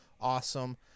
awesome